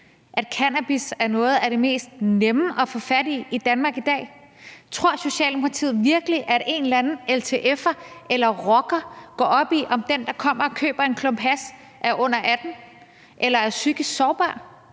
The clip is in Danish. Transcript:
at cannabis er noget af det allermest nemme at få fat i i Danmark i dag? Tror Socialdemokratiet virkelig, at en eller anden LTF'er eller rocker går op i, om den, der kommer og køber en klump hash, er under 18 år eller er psykisk sårbar?